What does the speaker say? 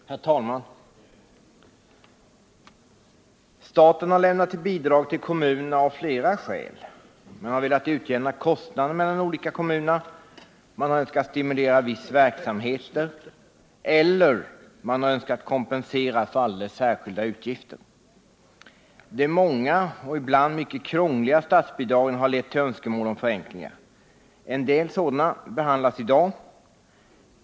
Herr talman! Staten har lämnat bidrag till kommunerna av flera skäl. Man har velat utjämna kostnaderna mellan olika kommuner, man har önskat stimulera viss verksamhet eller man har önskat kompensera för alldeles särskilda utgifter. De många och ibland mycket krångliga statsbidragen har lett till önskemål om förenklingar. En hel del sådana behandlas i dag.